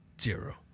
zero